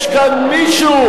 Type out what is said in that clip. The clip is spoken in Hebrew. יש כאן מישהו